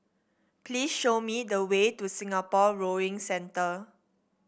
please show me the way to Singapore Rowing Centre